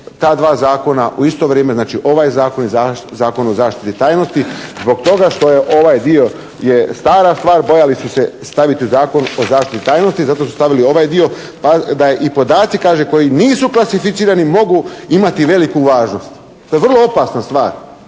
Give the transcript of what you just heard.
ta dva zakona u isto vrijeme, znači ovaj zakon i Zakon o zaštiti tajnosti zbog toga što je ovaj dio stara stvar, bojali su se staviti Zakon o zaštiti tajnosti, zato su stavili ovaj dio pa da i podaci kažu koji nisu klasificirani mogu imati veliku važnost. To je vrlo opasna stvar.